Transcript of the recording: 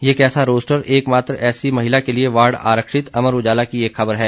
ये कैसा रोस्टर एक मात्र एससी महिला के लिए वार्ड आरक्षित अमर उजाला की एक खुबर है